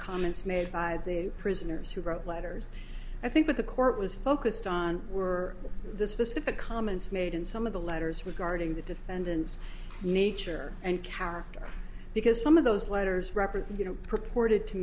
comments made by the prisoners who wrote letters i think what the court was focused on were the specific comments made in some of the letters regarding the defendant's nature and character because some of those letters represent you know purported to